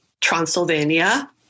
Transylvania